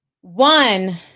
one